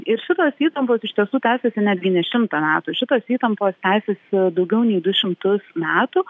ir šitos įtampos iš tiesų tęsiasi netgi ne šimtą metų šitos įtampos teisias daugiau nei du šimtus metų